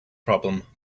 problem